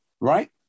right